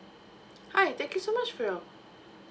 hi thank you so much for your